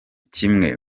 kimwe